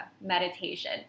meditation